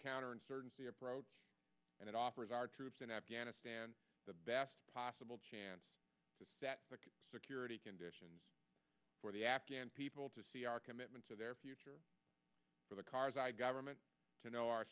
counterinsurgency approach and it offers our troops in afghanistan the best possible chance to set security conditions for the afghan people to see our commitment to their future for the karzai government to know